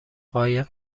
قایق